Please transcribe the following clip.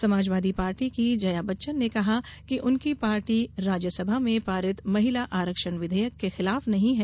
Samajwadi party की जया बच्चन ने कहा कि उनकी पार्टी राज्यसभा में पारित महिला आरक्षण विधेयक के खिलाफ नहीं है